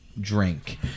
drink